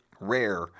Rare